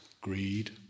greed